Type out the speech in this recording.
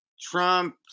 Trump